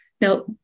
Now